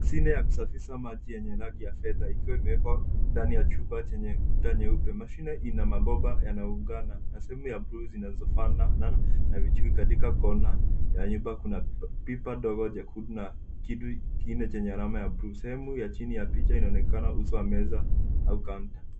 Mashine ya kusafisha maji yenye rangi ya fedha ikiwa imewekwa ndani ya chumba chenye kuta nyeupe. Mashine ina mabomba yanaungana na sehemu za buluu zinazofanana na vichungi. Katika kona ya nyumba kuna pipa ndogo jekundu na kitu kingine chenye alama ya buluu. Sehemu ya chini ya picha inaonekana uso wa meza au kaunta.